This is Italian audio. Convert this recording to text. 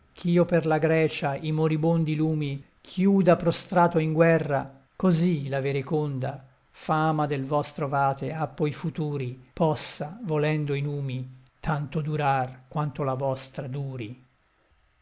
consente ch'io per la grecia i moribondi lumi chiuda prostrato in guerra così la vereconda fama del vostro vate appo i futuri possa volendo i numi tanto durar quanto la vostra duri